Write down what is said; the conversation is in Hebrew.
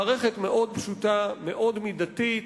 מערכת מאוד פשוטה, מאוד מידתית,